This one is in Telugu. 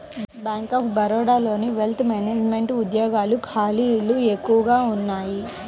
బ్యేంక్ ఆఫ్ బరోడాలోని వెల్త్ మేనెజమెంట్ ఉద్యోగాల ఖాళీలు ఎక్కువగా ఉన్నయ్యి